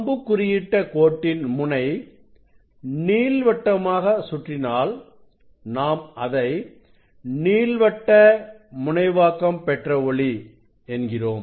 அம்புக் குறியிட்ட கோட்டின் முனை நீள் வட்டமாக சுற்றினால் நாம் அதை நீள்வட்ட முனைவாக்கம் பெற்ற ஒளி என்கிறோம்